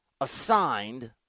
assigned